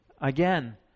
again